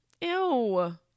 Ew